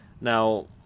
Now